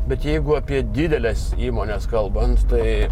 bet jeigu apie dideles įmones kalbant tai